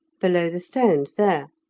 below the stones there.